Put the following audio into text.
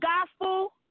gospel